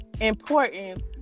important